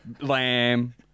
lamb